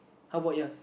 how about yours